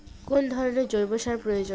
কোন ধরণের জৈব সার প্রয়োজন?